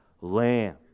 Lamb